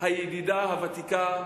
הידידה הוותיקה,